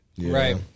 right